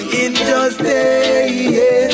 injustice